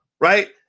right